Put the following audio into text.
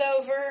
over